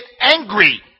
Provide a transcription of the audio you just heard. angry